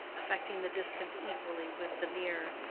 affecting the distant equally with the near.